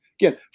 again